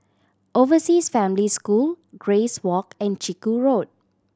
Overseas Family School Grace Walk and Chiku Road